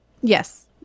Yes